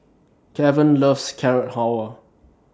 Kevan loves Carrot Halwa